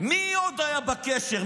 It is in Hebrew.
מי עוד היה בקשר?